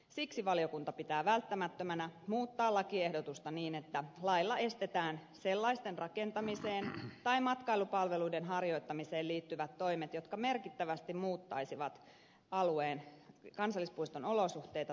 siksi valiokunta pitää välttämättömänä muuttaa lakiehdotusta niin että lailla estetään sellaiset rakentamiseen tai matkailupalveluiden harjoittamiseen liittyvät toimet jotka merkittävästi muuttaisivat alueen kansallispuiston olosuhteita tai luonnetta